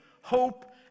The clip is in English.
hope